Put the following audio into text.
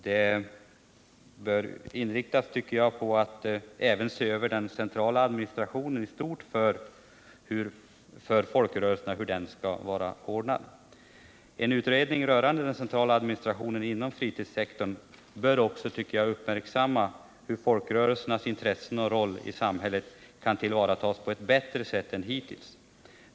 Dess arbete bör även inriktas på att bedöma hur den centrala administrationen i stort skall vara ordnad för folkrörelserna. En utredning rörande den centrala administrationen inom fritidssektorn bör också uppmärksamma hur folkrörelsernas intressen och roll i samhället kan tillvaratas på ett bättre sätt än hittills.